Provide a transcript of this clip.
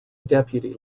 deputy